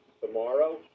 tomorrow